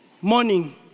morning